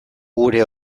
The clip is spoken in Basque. gure